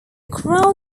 crown